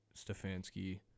Stefanski